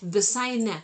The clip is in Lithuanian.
visai ne